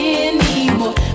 anymore